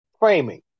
Framing